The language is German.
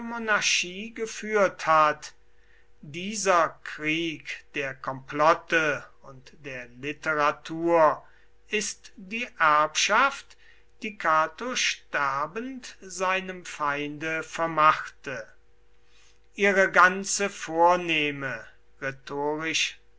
geführt hat dieser krieg der komplotte und der literatur ist die erbschaft die cato sterbend seinem feinde vermachte ihre ganze vornehme